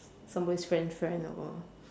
somebody's friend's friend or